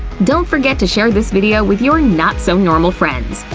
don't forget to share this video with your not-so-normal friends!